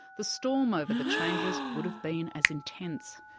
the storm over the changes would have been as intense.